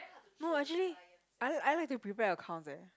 no actually I I like to prepare accounts leh